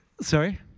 Sorry